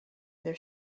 their